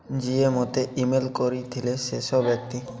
ଯିଏ ମୋତେ ଇମେଲ୍ କରିଥିଲେ ଶେଷ ବ୍ୟକ୍ତି